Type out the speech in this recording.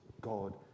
God